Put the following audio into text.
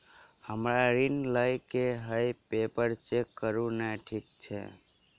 हमरा ऋण लई केँ हय पेपर चेक करू नै ठीक छई?